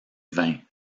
vint